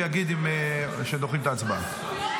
ויגיד שדוחים את ההצבעה.